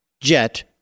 Jet